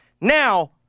Now